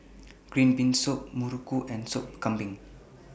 Green Bean Soup Muruku and Soup Kambing